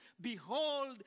Behold